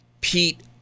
Pete